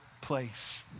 place